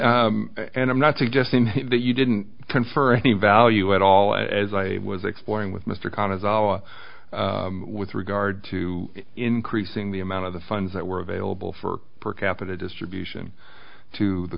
that and i'm not suggesting that you didn't confer any value at all as i was exploring with mr khan as our with regard to increasing the amount of the funds that were available for per capita distribution to the